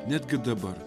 netgi dabar